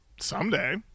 someday